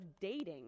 dating